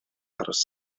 aros